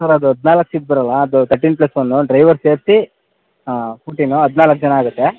sir ಅದು ಹದಿನಾಲ್ಕು seat ಬರೋಲ್ಲ ಅದು ತರ್ಟಿನ್ ಪ್ಲಸ್ ಒನ್ನು ಡ್ರೈವರ್ ಸೇರಿಸಿ ಫೋರ್ಟಿನು ಹದಿನಾಲ್ಕು ಜನ ಆಗುತ್ತೆ